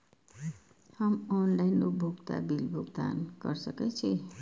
हम ऑनलाइन उपभोगता बिल भुगतान कर सकैछी?